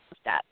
step